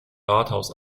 rathaus